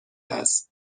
است